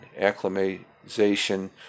acclimatization